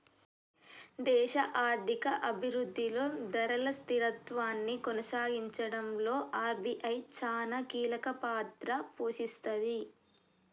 దేశ ఆర్థిక అభిరుద్ధిలో ధరల స్థిరత్వాన్ని కొనసాగించడంలో ఆర్.బి.ఐ చానా కీలకపాత్ర పోషిస్తది